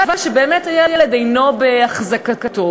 אבל שבאמת הילד אינו בהחזקתו.